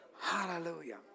Hallelujah